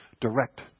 direct